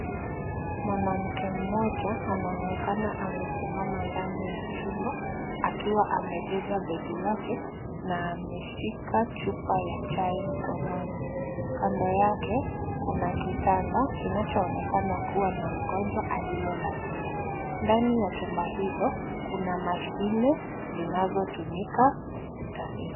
Mwanamke mmoja anaonekana amesimama ndani ya chumba akiwa amebeba begi lake na ameshika chupa ya chai mkononi. Kando yake kuna kitanda kinachoonekana kuwa na mgonjwa aliyelalia. Ndani ya chumba hilo kuna mashine zinazotumika hospitalini.